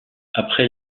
après